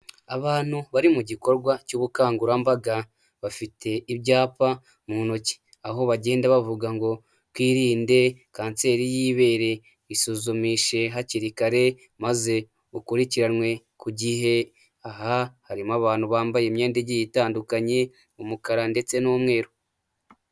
Abantu bari mu gikorwa cy'ubukangurambaga bafite ibyapa mu ntoki aho bagenda bavuga ngo "twirinde kanseri y'ibere isuzumishe hakiri kare maze ukurikiranwe ku gihe" aha harimo abantu bambaye imyenda igiye itandukanye umukara ndetse n'umweru.